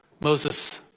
Moses